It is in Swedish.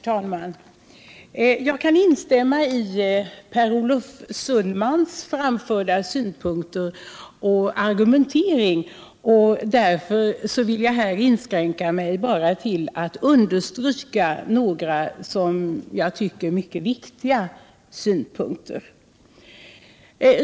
Herr talman! Jag kan instämma i Per Olof Sundmans argumentering och inskränker mig därför till att bara understryka några som jag tycker mycket viktiga synpunkter.